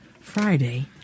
Friday